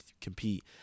compete